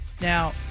Now